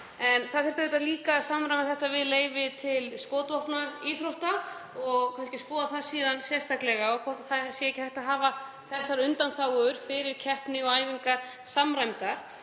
En það þyrfti auðvitað líka að samræma þetta við leyfi til skotvopnaíþrótta og kannski skoða það sérstaklega og hvort ekki sé hægt að hafa þessar undanþágur fyrir keppni og æfingar samræmdar.